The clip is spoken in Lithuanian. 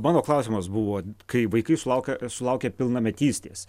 mano klausimas buvo kai vaikai sulaukia sulaukia pilnametystės